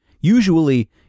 usually